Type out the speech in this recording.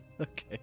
Okay